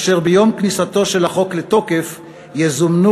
אשר ביום כניסתו של החוק לתוקף יזומנו